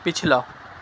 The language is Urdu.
پچھلا